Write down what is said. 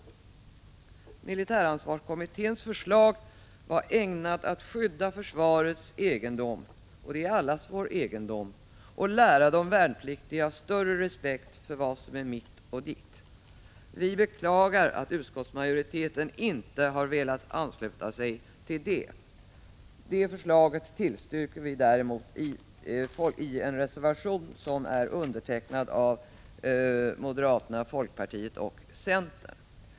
Militäransvarskommitténs förslag var ägnat att skydda försvarets egendom — det är allas vår egendom — och lära de värnpliktiga större respekt för vad som är mitt och ditt. Vi beklagar att utskottsmajoriteten inte har velat ansluta sig till förslaget. Detta förslag tillstyrker däremot vi i en reservation som är undertecknad av moderata samlingspartiet, folkpartiet och centern.